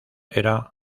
era